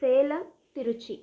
Salem Trichy